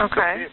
Okay